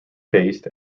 paced